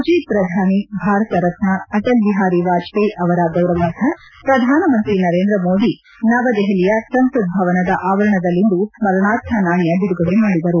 ಮಾಜಿ ಪ್ರಧಾನಿ ಭಾರತ ರತ್ನ ಅಟಲ್ ಬಿಹಾರಿ ವಾಜಪೇಯಿ ಅವರ ಗೌರವಾರ್ಥ ಪ್ರಧಾನಮಂತ್ರಿ ನರೇಂದ್ರ ಮೋದಿ ನವ ದೆಹಲಿಯ ಸಂಸತ್ ಭವನದ ಆವರಣದಲ್ಲಿಂದು ಸ್ನರಣಾರ್ಥ ನಾಣ್ಣ ಬಿಡುಗಡೆ ಮಾಡಿದರು